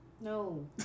No